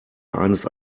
eines